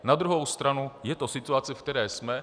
Na druhou stranu je to situace, ve které jsme.